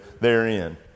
therein